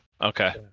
Okay